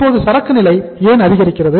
இப்போது சரக்கு நிலை ஏன் அதிகரிக்கிறது